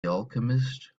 alchemist